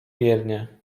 wiernie